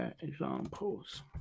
examples